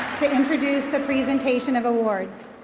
to introduce the presentation of awards.